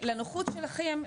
לנוחות שלכם,